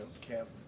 camp